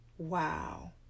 Wow